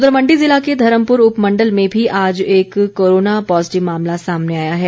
उधर मण्डी जिला के धर्मपुर उपमंडल में भी आज एक कोरोना पॉजिटिव मामला सामने आया है